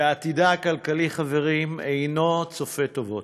ועתידה הכלכלי, חברים, אינו צופה לה טובות.